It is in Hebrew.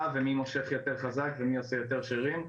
ומי מושך יותר חזק ומי עושה יותר שרירים.